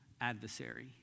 adversary